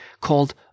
called